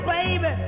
baby